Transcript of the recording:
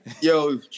Yo